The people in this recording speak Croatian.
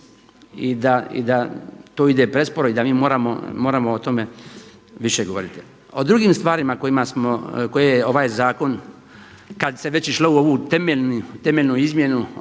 i da to ide presporo i da mi moramo o tome više govoriti. O drugim stvarima kojima smo, koje je ovaj zakon kada se već išlo u ovu temeljnu izmjenu